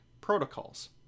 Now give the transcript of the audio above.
protocols